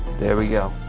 there we go.